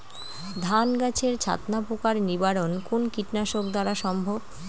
ধান গাছের ছাতনা পোকার নিবারণ কোন কীটনাশক দ্বারা সম্ভব?